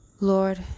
Lord